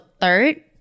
third